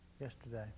yesterday